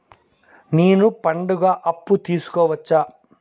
నేను పండుగ అప్పు తీసుకోవచ్చా?